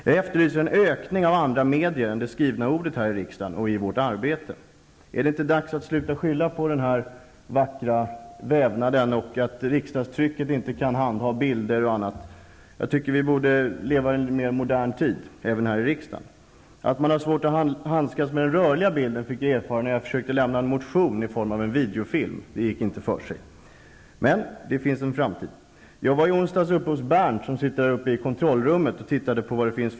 Jag efterlyser andra medier än det skrivna ordet i riksdagen och i vårt arbete. Är det inte dags att sluta skylla på den vackra vävnaden och att riksdagstrycket inte kan handha bilder osv.? Jag tycker att vi borde leva i en mer modern tid även här i riksdagen. Att det är svårt att handskas med den rörliga bilden fick jag erfara när jag försökte väcka en motion i form av en videofilm. Det gick inte för sig. Men, det finns en framtid. I onsdags var jag och besökte Bernt i kontrollrummet och tittade på tekniken.